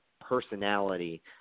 personality